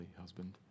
husband